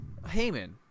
Heyman